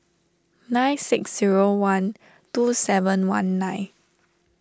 nine six zero one two seven one nine